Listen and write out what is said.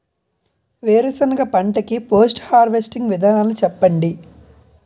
వేరుసెనగ పంట కి పోస్ట్ హార్వెస్టింగ్ విధానాలు చెప్పండీ?